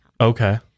Okay